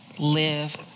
Live